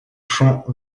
champ